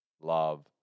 love